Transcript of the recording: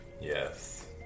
Yes